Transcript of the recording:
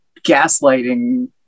gaslighting